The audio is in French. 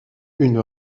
une